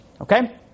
Okay